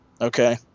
okay